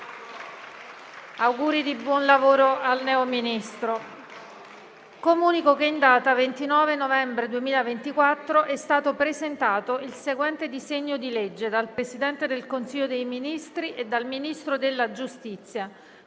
apre una nuova finestra"). Comunico che in data 29 novembre 2024 è stato presentato il seguente disegno di legge: *dal Presidente del Consiglio dei ministri e dal Ministro della giustizia*